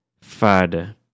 father